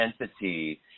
entity